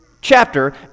chapter